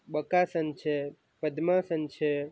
બકાસન છે પદ્માસન છે